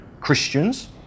Christians